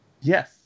Yes